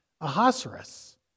Ahasuerus